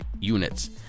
units